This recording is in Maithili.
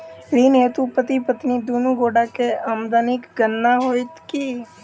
ऋण हेतु पति पत्नी दुनू गोटा केँ आमदनीक गणना होइत की?